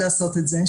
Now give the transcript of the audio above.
בבקשה.